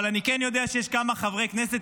אבל אני כן יודע שיש כמה חברי כנסת